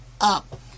up